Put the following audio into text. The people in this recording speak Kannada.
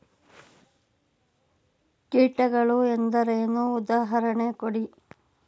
ಕೀಟಗಳು ಎಂದರೇನು? ಉದಾಹರಣೆ ಕೊಡಿ?